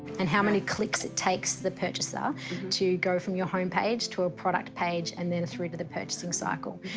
and how many clicks it takes the purchaser to go from your home page to a product page and then through to the purchasing cycle.